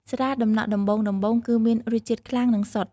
ស្រាដំណក់ដំបូងៗគឺមានរសជាតិខ្លាំង និងសុទ្ធ។